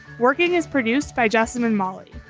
working is produced by justin and molly.